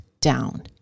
down